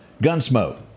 Gunsmoke